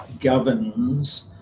governs